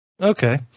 Okay